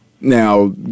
Now